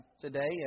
today